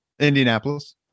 Indianapolis